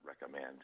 recommend